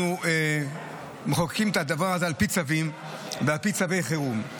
אנחנו מחוקקים את הדבר הזה על פי צווים ועל פי צווי חירום.